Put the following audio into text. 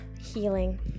healing